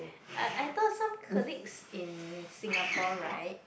I I thought some colleagues in Singapore right